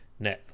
Netflix